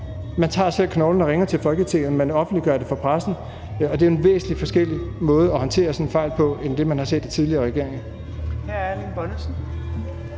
Man tager selv knoglen og ringer til Folketinget. Man offentliggør det for pressen. Og det er jo en væsensforskellig måde at håndtere sådan en fejl på, i forhold til det, man har set i tidligere regeringer. Kl. 15:23 Fjerde